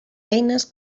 eines